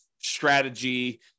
strategy